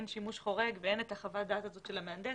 שימוש חורג ואין את חוות דעת המהנדס,